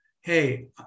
Hey